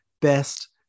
Best